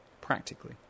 practically